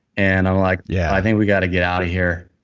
and i'm like, yeah i think we've got to get out of here.